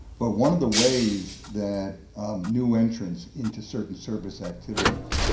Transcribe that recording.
but one of the ways that new entrance into certain service activities,